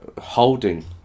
holding